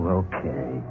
okay